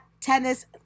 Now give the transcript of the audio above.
tennis